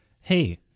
Hey